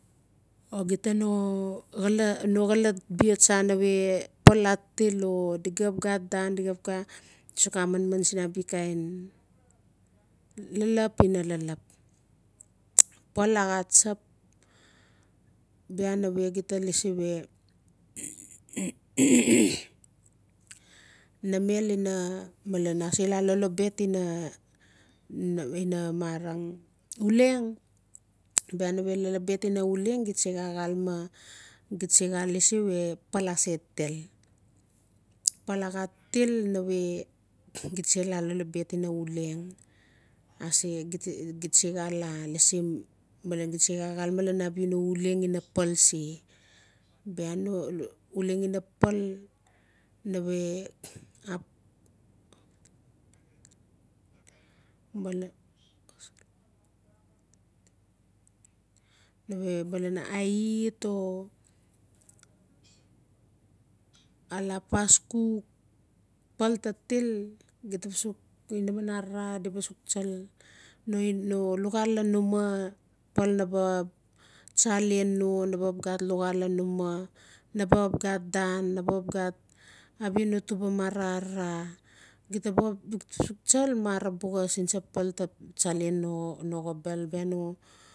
O xeta no xolot bia tsa nave pal atil o di xap xat dan di sux xaa manman ina lelep ina lelep pal axa tsap bia nave xeta lasi we namel ina malen ase laa lolobet ina uleng bia nave lolobet ina uleng. Xeta sexaleme xeta gaa lasi we pal ase til pal axa til nave xeta sela lolobet ina uleng xeta seal lasi malen xalxalme lalan uleng ina pal se bia no uleng ina pal nave nave a et o ala paskuk pal taa til xeta baa sux inaman arara tsal no luxal lan umaa pal naba tsalen no na baa xapxat luxal lan umaa na baa xap xat dan na baa xap xat no tuba mara arara xeta baa sux tsal mara buxa sinsa pal taa tsalen no xobel bia no.